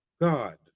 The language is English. God